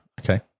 Okay